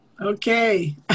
Okay